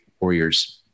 Warriors